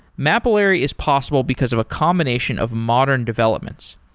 mapillary is possible because of a combination of modern developments.